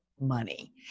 Money